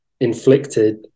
inflicted